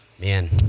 Man